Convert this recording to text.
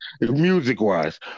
Music-wise